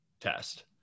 test